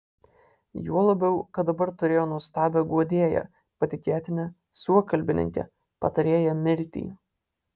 juo labiau kad dabar turėjo nuostabią guodėją patikėtinę suokalbininkę patarėją mirtį